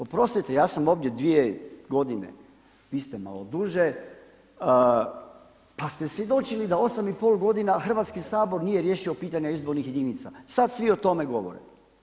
Oprostite ja sam ovdje 2 godine, vi ste malo duže pa ste svjedočili da 8,5 godina Hrvatski sabor nije riješio pitanja izbornih jedinica, sada svi o tome govore.